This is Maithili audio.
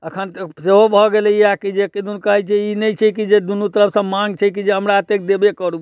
अखन तऽ सेहो भऽ गेलैया कि जे किदुन कहैत छै जे ई नहि छै कि दूनू तरफसँ माँग छै कि जे हमरा एतेक देबे करू